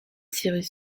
cyrus